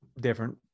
different